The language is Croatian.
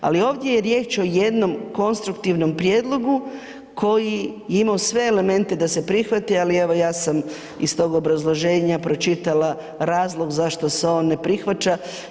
Ali ovdje je riječ o jednom konstruktivnom prijedlogu koji je imao sve elemente da se prihvati, ali evo ja sam iz tog obrazloženja pročitala razlog zašto se on ne prihvaća.